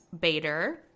Bader